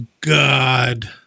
God